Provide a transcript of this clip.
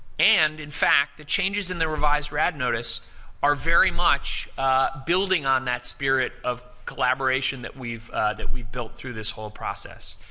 and, in fact, the changes in the revised rad notice are very much building on that spirit of collaboration that we've that we've built through this whole process.